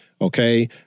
okay